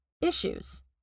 issues